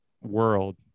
world